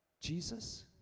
Jesus